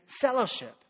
fellowship